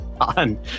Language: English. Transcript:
on